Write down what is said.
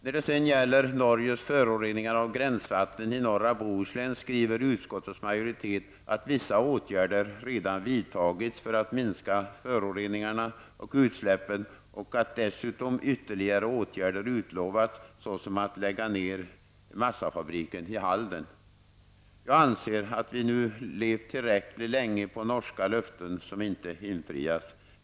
När det gäller Norges förorening av gränsvattnen i norra Bohuslän skriver utskottets majoritet att vissa åtgärder redan vidtagits för att minska föroreningarna och utsläppen och att dessutom ytterligare åtgärder utlovats, såsom att lägga ner massafabriken i Halden. Jag anser att vi nu levt tillräckligt länge på norska löften som inte infriats.